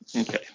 Okay